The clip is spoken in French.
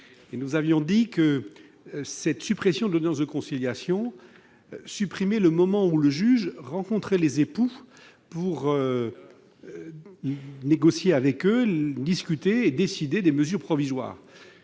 Nous avions dit que cette suppression revenait à supprimer le moment où le juge rencontre les époux pour négocier avec eux, discuter et décider des mesures provisoires.